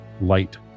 light